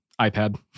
iPad